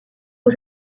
aux